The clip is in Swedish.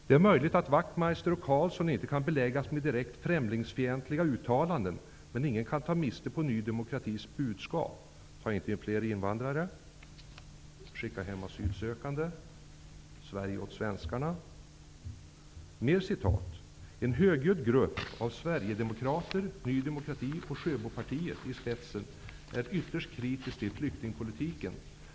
Det är möjligt att Wachtmeister och Karlsson inte kan beläggas med direkt främlingsfientliga uttalanden, men ingen kan ta miste på Ny demokratis budskap: Ta inte in fler invandrare! Skicka hem de asylsökande! Sverige åt svenskarna! -- En högljudd grupp med Sverigedemokrater, Ny demokrati och Sjöbopartiet i spetsen är ytterst kritisk till flyktingpolitiken.